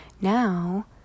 now